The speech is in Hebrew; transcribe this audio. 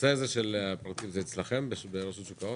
נושא הפרטים נמצא ברשות שוק ההון?